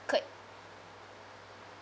incurred